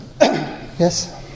Yes